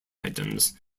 items